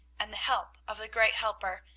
and the help of the great helper,